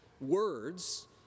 words